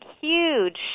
huge